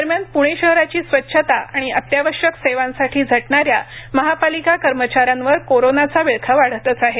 दरम्यान प्णे शहराची स्वच्छता आणि अत्यावश्यक सेवांसाठी झटणार्याी महापालिका कर्मचाऱ्यांवर कोरोनाचा विळखा वाढतच आहे